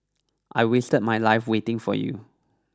I wasted my life waiting for you